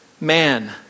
man